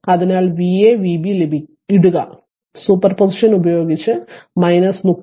അതിനാൽ Va Vb ഇടുക superposition ഉപയോഗിച്ച് 30